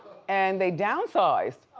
and they downsized,